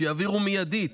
שיעבירו מיידית,